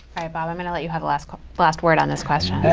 right, bob. i'm going to let you have last last word on this question.